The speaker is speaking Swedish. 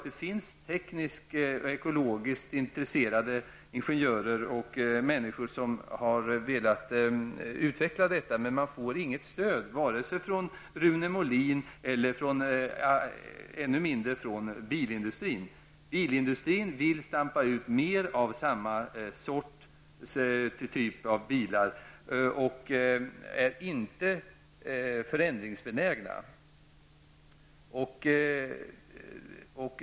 Det finns tekniskt och ekologiskt intresserade ingenjörer och andra som har velat utveckla detta, men de får inget stöd -- inte från Rune Molin och ännu mindre från bilindustrin. Bilindustrin vill stampa ut mer av samma typ av bilar och är inte förändringsbenägen.